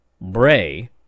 Bray